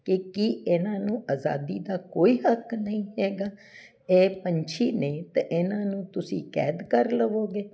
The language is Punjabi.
ਕਿ ਕੀ ਇਹਨਾਂ ਨੂੰ ਆਜ਼ਾਦੀ ਦਾ ਕੋਈ ਹੱਕ ਨਹੀਂ ਹੈਗਾ ਇਹ ਪੰਛੀ ਨੇ ਅਤੇ ਇਹਨਾਂ ਨੂੰ ਤੁਸੀਂ ਕੈਦ ਕਰ ਲਵੋਗੇ